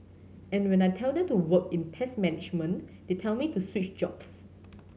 and when I tell them to work in pest management they tell me to switch jobs